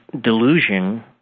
delusion